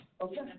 Okay